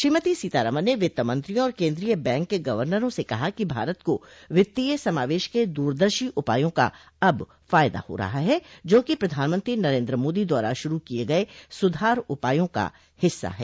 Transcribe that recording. श्रीमती सीतारामन ने वित्त मंत्रियों और केन्द्रीय बैंक के गवर्नरों से कहा कि भारत को वित्तीय समावेश के दूरदर्शी उपायों का अब फायदा हो रहा है जोकि प्रधानमंत्री नरेन्द्र मोदी द्वारा शुरू किये गये सुधार उपायों का हिस्सा हैं